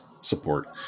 support